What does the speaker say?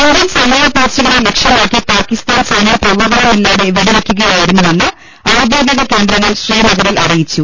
Indian സൈനിക പോസ്റ്റുകളെ ലക്ഷ്യമാക്കി പാകി സ്താൻ സൈന്യം പ്രകോപനമില്ലാതെ വെടിവയ്ക്കുകയായിരുന്നുവെന്ന് ഔദ്യോഗികകേന്ദ്രങ്ങൾ ശ്രീനഗറിൽ അറിയിച്ചു